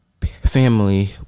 family